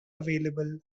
available